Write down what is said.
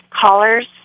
caller's